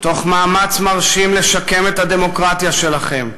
תוך מאמץ מרשים לשקם את הדמוקרטיה שלכם.